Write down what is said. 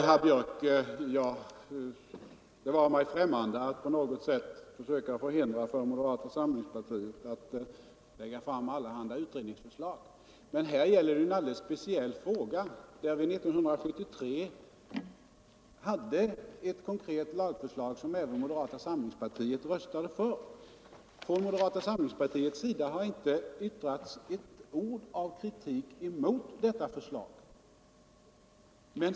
Herr talman! Det vare mig främmande, herr Björck i Nässjö, att på något sätt försöka förhindra moderata samlingspartiet att lägga fram allehanda utredningsförslag. Men här gäller det en alldeles speciell fråga, där vi 1973 hade ett konkret lagförslag som även moderata samlingspartiet röstade för. Från moderata samlingspartiets sida har inte yttrats ett ord av kritik mot det förslaget.